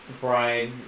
bride